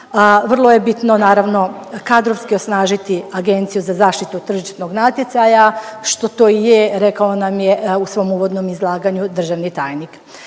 vrlo je bitno, naravno, kadrovski osnažiti Agenciju za zaštitu tržišnog natjecanja, što to i je, rekao nam je u svom uvodnom izlaganju, državni tajnik.